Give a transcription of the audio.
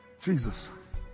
Jesus